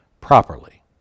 properly